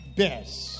best